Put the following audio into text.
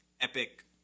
epic